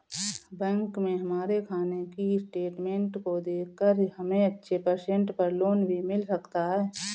bank में हमारे खाने की स्टेटमेंट को देखकर हमे अच्छे परसेंट पर लोन भी मिल सकता है